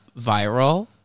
viral